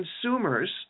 consumers